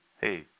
hey